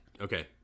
Okay